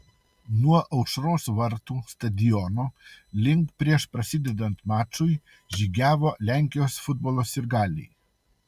nuo aušros vartų stadiono link prieš prasidedant mačui žygiavo lenkijos futbolo sirgaliai